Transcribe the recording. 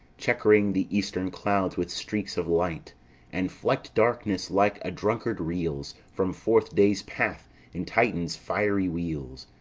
check'ring the eastern clouds with streaks of light and flecked darkness like a drunkard reels from forth day's path and titan's fiery wheels.